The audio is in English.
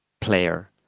player